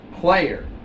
player